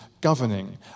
governing